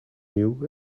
new